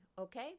Okay